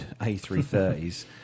A330s